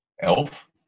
Elf